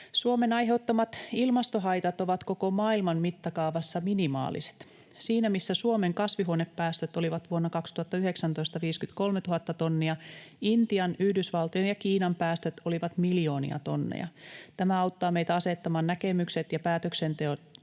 Suomen aiheuttamat ilmastohaitat ovat koko maailman mittakaavassa minimaaliset. Siinä, missä Suomen kasvihuonepäästöt vuonna 2019 olivat 53 000 tonnia, Intian, Yhdysvaltojen ja Kiinan päästöt olivat miljoonia tonneja. Tämä auttaa meitä asettamaan näkemykset ja päätöksenteon